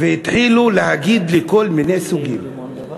והתחילו להגיד לי כל מיני סוגים.